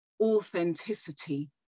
authenticity